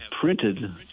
printed